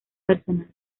personal